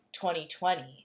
2020